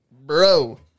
Bro